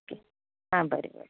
okay आं बरें बरें